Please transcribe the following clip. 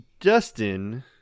Dustin